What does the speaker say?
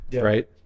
right